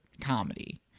comedy